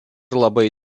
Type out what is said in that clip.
labai